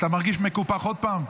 אתה מרגיש מקופח עוד פעם?